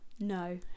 no